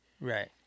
Right